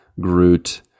Groot